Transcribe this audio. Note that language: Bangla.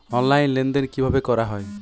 অনলাইন লেনদেন কিভাবে করা হয়?